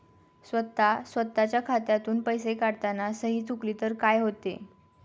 स्वतः स्वतःच्या खात्यातून पैसे काढताना सही चुकली तर काय होते?